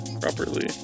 properly